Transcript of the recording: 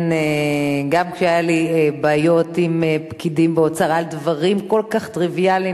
גם כשהיו לי בעיות עם פקידים באוצר על דברים כל כך טריוויאליים,